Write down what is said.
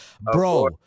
Bro